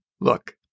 Look